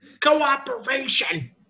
cooperation